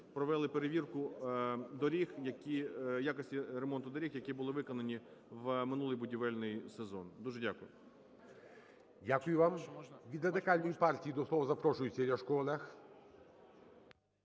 провели перевірку доріг, які… якості ремонту доріг, які були виконані в минулий будівельний сезон. Дуже дякую. ГОЛОВУЮЧИЙ. Дякую вам. Від Радикальної партії до слова запрошується Ляшко